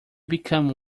become